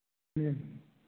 ह्म्म